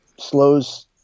slows